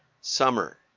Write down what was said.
Summer